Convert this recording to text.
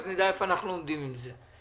אז נדע איפה אנחנו עומדים עם זה.